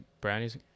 Brownies